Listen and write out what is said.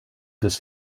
this